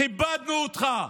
כיבדנו אותך,